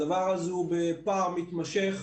הדבר הזה הוא בפער מתמשך,